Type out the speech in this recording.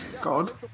God